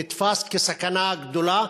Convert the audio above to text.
נתפס כסכנה גדולה,